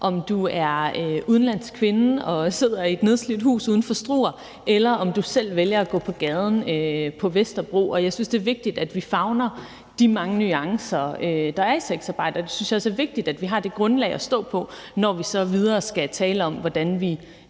om du er udenlandsk kvinde og sidder i et nedslidt hus uden for Struer, eller om du selv vælger at gå på gaden på Vesterbro. Og jeg synes, det er vigtigt, at vi favner de mange nuancer, der er i sexarbejde, og jeg synes også, det er vigtigt, at vi har det grundlag at stå på, når vi videre skal tale om, hvordan vi